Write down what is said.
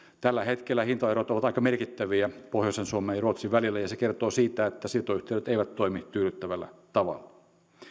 tällä hetkellä hintaerot ovat aika merkittäviä pohjoisen suomen ja ruotsin välillä ja se kertoo siitä että siirtoyhteydet eivät toimi tyydyttävällä tavalla